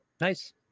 Nice